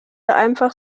einfach